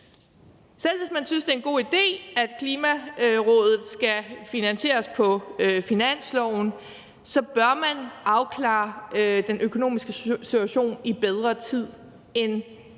Selv hvis man synes, det er en god idé, at Klimarådet skal finansieres på finansloven, så bør man afklare den økonomiske situation i bedre tid end 2-3